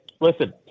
listen